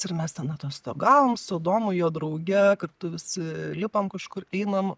ir mes ten atostogavom su adomu jo drauge kartu visi lipam kažkur einam